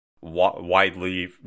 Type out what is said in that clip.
widely